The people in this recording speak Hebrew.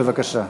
בבקשה.